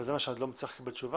וזה מה שאני לא מצליח לקבל תשובה,